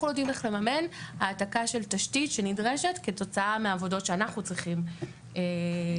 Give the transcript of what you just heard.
לממן העתקה של תשתית שנדרשת כתוצאה מעבודות שאנחנו צריכים לבצע,